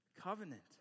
Covenant